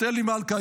את אלי מלכה,